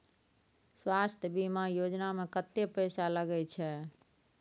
स्वास्थ बीमा योजना में कत्ते पैसा लगय छै?